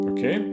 Okay